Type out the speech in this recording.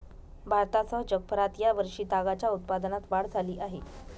भारतासह जगभरात या वर्षी तागाच्या उत्पादनात वाढ झाली आहे